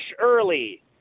early